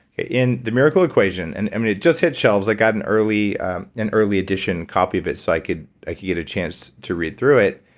in the miracle equation, and and it just hit shelves. i got an early an early edition copy of it so i could i could get a chance to read through it.